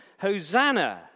Hosanna